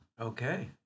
Okay